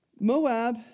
Moab